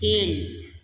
கீழ்